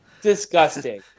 Disgusting